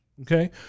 okay